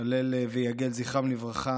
על הלל ויגל, זכרם לברכה.